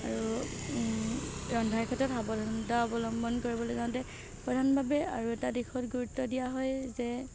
আৰু ৰন্ধাৰ ক্ষেত্ৰত সাৱধানতা অৱলম্বন কৰিবলৈ যাওঁতে প্ৰধানভাৱে আৰু এটা দিশত গুৰুত্ব দিয়া হয় যে